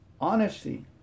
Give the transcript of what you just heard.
honesty